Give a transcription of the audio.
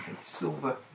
silver